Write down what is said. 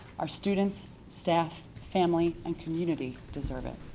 our students, staff, family, and community deserve it.